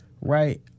right